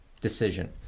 decision